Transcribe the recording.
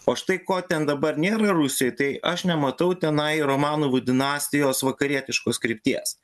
o štai ko ten dabar nėra rusijoj tai aš nematau tenai romanovų dinastijos vakarietiškos krypties